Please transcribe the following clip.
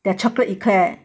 the chocolate eclair